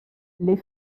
les